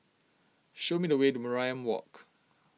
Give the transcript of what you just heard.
show me the way to Mariam Walk